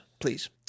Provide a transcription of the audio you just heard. please